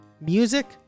music